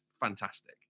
fantastic